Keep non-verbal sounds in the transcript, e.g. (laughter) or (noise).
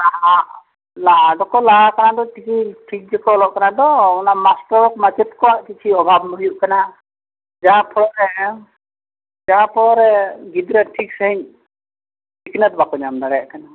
(unintelligible) ᱞᱟ ᱫᱚᱠᱚ ᱞᱟ ᱠᱟᱫᱟ ᱫᱚ ᱴᱷᱤᱠ ᱜᱮᱠᱚ ᱚᱞᱚᱜ ᱠᱟᱱᱟ ᱛᱚ ᱚᱱᱟ ᱢᱟᱥᱴᱟᱨ ᱢᱟᱪᱮᱫ ᱠᱚᱣᱟᱜ ᱠᱤᱪᱷᱩ ᱚᱵᱷᱟᱵᱽ ᱦᱩᱭᱩᱜ ᱠᱟᱱᱟ ᱡᱟᱦᱟᱸ ᱯᱷᱳᱲᱳ ᱨᱮ ᱡᱟᱦᱟᱸ ᱯᱷᱳᱲᱳ ᱨᱮ ᱜᱤᱫᱽᱨᱟᱹ ᱴᱷᱤᱠ ᱥᱟᱺᱦᱤᱡ ᱥᱤᱠᱷᱱᱟᱹᱛ ᱵᱟᱠᱚ ᱧᱟᱢ ᱫᱟᱲᱮᱭᱟᱜ ᱠᱟᱱᱟ